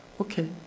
Okay